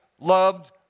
loved